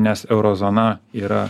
nes euro zona yra